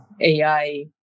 AI